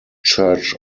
church